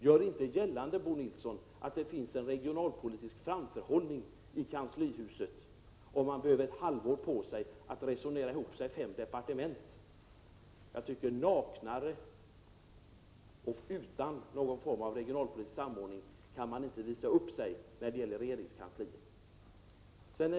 Gör inte gällande, Bo Nilsson, att det finns en regionalpolitisk framförhållning i kanslihuset, då man behöver ett halvår för att resonera ihop sig i fem departement. Naknare och mera utan någon form av regionalpolitisk samordning kan regeringskansliet inte visa upp sig.